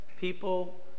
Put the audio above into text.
people